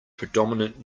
predominant